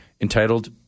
entitled